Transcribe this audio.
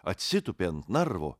atsitūpė ant narvo